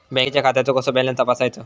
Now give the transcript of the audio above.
बँकेच्या खात्याचो कसो बॅलन्स तपासायचो?